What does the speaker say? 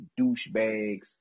douchebags